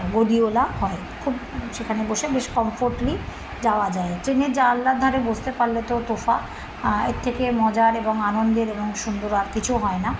গদিওয়ালা হয় খুব সেখানে বসে বেশ কমফোর্টেবলি যাওয়া যায় ট্রেনে জানলার ধারে বসতে পারলে তো তোফা এর থেকে মজার এবং আনন্দের এবং সুন্দর আর কিছু হয় না